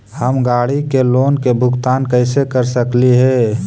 हम गाड़ी के लोन के भुगतान कैसे कर सकली हे?